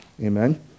Amen